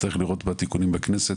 אז נצטרך לראות בתיקונים בכנסת,